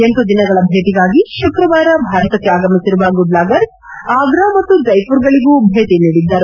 ಎಂಟು ದಿನಗಳ ಭೇಟಿಗಾಗಿ ಶುಕ್ರವಾರ ಭಾರತಕ್ಕೆ ಆಗಮಿಸಿರುವ ಗುಡ್ಲಾಗರ್ ಆಗ್ರಾ ಮತ್ತು ಜೈಪುರ್ಗಳಿಗೂ ಭೇಟಿ ನೀಡಿದ್ದರು